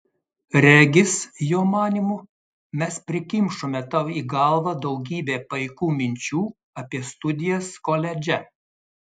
regis jo manymu mes prikimšome tau į galvą daugybę paikų minčių apie studijas koledže